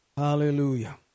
Hallelujah